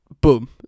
boom